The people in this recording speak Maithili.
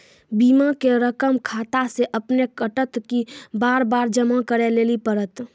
बीमा के रकम खाता से अपने कटत कि बार बार जमा करे लेली पड़त?